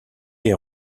les